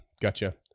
gotcha